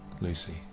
Lucy